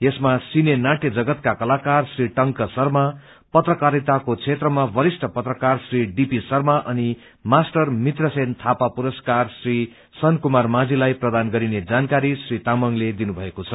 यसमा सीने नाटय जगतका कलाकार श्री टंक शर्मा पत्रकारिताको क्षेत्रमा बरिष्ट पत्रकार श्री डी पी शर्मा अनि मास्टर मित्र सेन थापा पुरस्कार श्री सन कुमार माझीलाई प्रदान गरिने जानकारी श्री तामाङले दिनु भएको छ